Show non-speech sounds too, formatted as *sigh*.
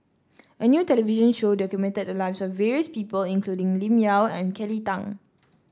a new television show documented the lives of various people including Lim Yau and Kelly Tang *noise*